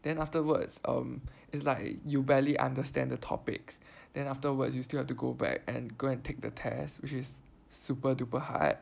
then afterwards um it's like you barely understand the topics then afterwards you still have to go back and go and take the test which is super duper hard